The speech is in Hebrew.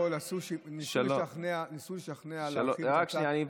קודם כול, עשו שימוש וניסו לשכנע, רק שנייה.